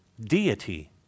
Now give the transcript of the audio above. deity